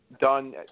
done